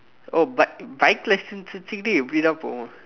oh bike bike license வச்சுக்குட்டு எப்படிடா போவோம்:vachsukkutdu eppadidaa poovoom